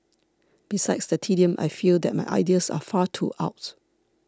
besides the tedium I feel that my ideas are far too out